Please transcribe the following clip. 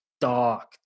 dark